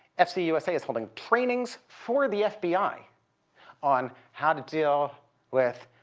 fc usa is holding trainings for the fbi on how to deal with